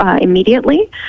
Immediately